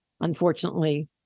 Unfortunately